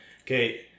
Okay